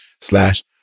slash